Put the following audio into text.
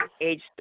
Age